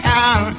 out